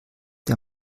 der